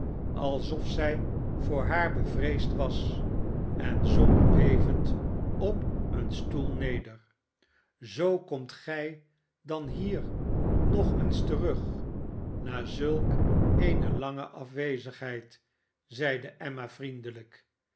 alsof zij voor haar bevreesd was en zonk bevend op een stoel neder zoo komt gij dan hier nog eens terug na zulk eene lange afwezigheid zeide emma vriendelijk